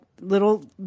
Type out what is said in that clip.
little